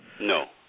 No